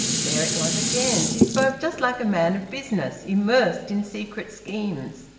there it was again! she spoke just like a man of business, immersed in secret schemes.